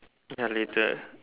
ya later